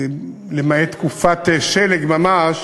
למעט תקופת שלג ממש.